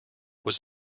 was